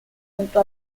junto